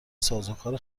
سازوکار